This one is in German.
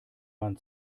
mann